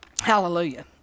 Hallelujah